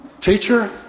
teacher